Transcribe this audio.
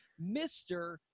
Mr